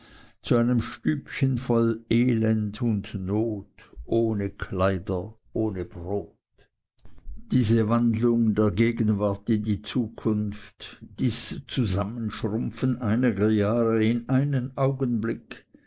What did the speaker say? zu einem stübchen voll elend und not ohne kleider ohne brot diese wandlung der gegenwart in die zukunft dieses zusammenschrumpfen einiger jahre in einen augenblick